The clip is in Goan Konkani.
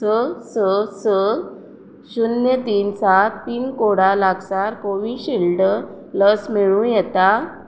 स स स शुन्य तीन सात पीनकोडा लागसार कोवीशिल्ड मेळूं येता